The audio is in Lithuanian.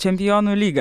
čempionų lyga